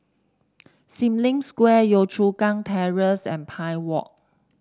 Sim Lim Square Yio Chu Kang Terrace and Pine Walk